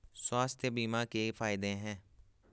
स्वास्थ्य बीमा के फायदे हैं?